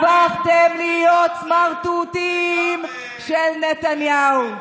הפכתם להיות סמרטוטים של נתניהו.